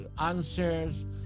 answers